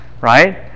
Right